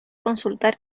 consultar